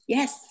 Yes